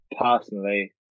personally